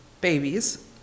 babies